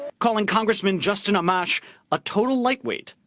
calling congressman justin amash a total lightweight,